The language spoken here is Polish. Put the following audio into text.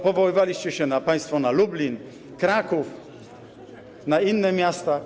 Powoływaliście się państwo na Lublin, Kraków, na inne miasta.